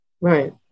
right